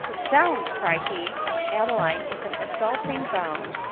zounds! cried he, as adeline, with an exulting bound,